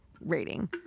rating